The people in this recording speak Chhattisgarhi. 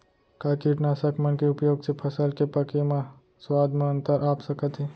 का कीटनाशक मन के उपयोग से फसल के पके म स्वाद म अंतर आप सकत हे?